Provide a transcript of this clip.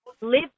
live